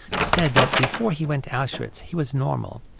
said that before he went to auschwitz he was normal.